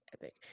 epic